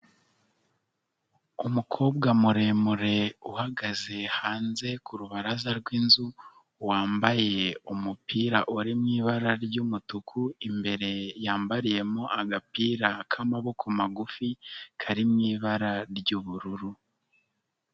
Umukobwa muremure, uhagaze hanze ku rubaraza rw'inzu, wambaye umupira uri mu ibara ry'umutuku, imbere yambariye mo agapira k'amaboko magufi, kari mu ibara ry'ubururu.